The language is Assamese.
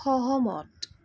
সহমত